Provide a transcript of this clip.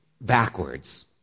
backwards